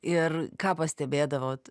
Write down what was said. ir ką pastebėdavot